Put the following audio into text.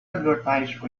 advertise